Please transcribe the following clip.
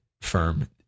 firm